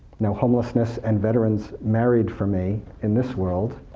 now, homelessness and veterans married for me in this world.